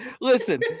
listen